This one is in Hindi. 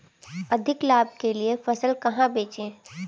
अधिक लाभ के लिए फसल कहाँ बेचें?